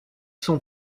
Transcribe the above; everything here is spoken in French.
son